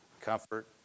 comfort